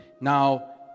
Now